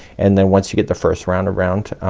and then once you get the first round around,